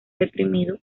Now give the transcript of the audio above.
deprimido